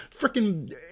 freaking